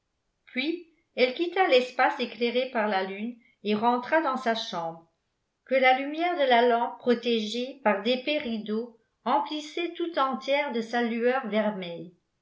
puis elle quitta l'espace éclairé par la lune et rentra dans sa chambre que la lumière de la lampe protégée par d'épais rideaux emplissait tout entière de sa lueur